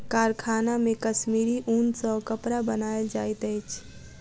कारखाना मे कश्मीरी ऊन सॅ कपड़ा बनायल जाइत अछि